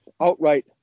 outright